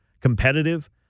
competitive